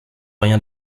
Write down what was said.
rien